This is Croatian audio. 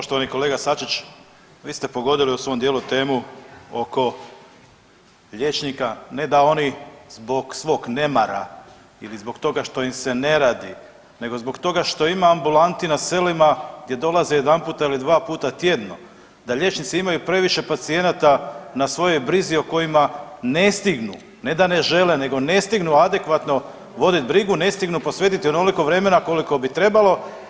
Poštovani kolega Sačić, vi ste pogodili u svom dijelu temu oko liječnika, ne da oni zbog svog nemara ili zbog toga što im se ne radi nego zbog toga što ima ambulanti na selima gdje dolaze jedanputa ili dva puta tjedno da liječnici imaju previše pacijenata na svojoj brizi o kojima ne stignu, ne da ne žele, nego ne stignu adekvatno vodit brigu, ne stignu posvetiti onoliko vremena koliko bi trebalo.